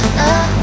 now